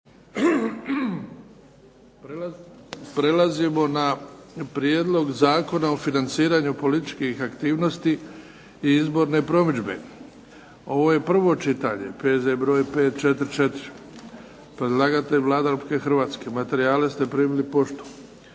prelazimo na Prijedlog zakona o financiranju političke aktivnosti i izborne promidžbe. Prvo čitanje, P.Z. br. 544. Predlagatelj Vlada Republike Hrvatske. Rasprava je zaključena.